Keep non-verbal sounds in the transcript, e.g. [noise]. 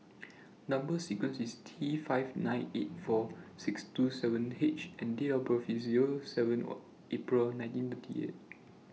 Number sequence IS T five nine eight four six two seven H and Date of birth IS Zero seven [hesitation] April nineteen thirty eight